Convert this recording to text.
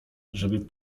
żeby